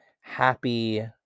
happy